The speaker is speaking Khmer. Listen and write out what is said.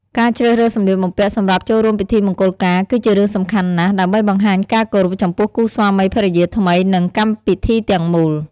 ការជ្រើសរើសសម្លៀកបំពាក់សម្រាប់ចូលរួមពិធីមង្គលការគឺជារឿងសំខាន់ណាស់ ដើម្បីបង្ហាញការគោរពចំពោះគូស្វាមីភរិយាថ្មី និងកម្មពិធីទាំងមូល។